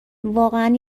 واقعا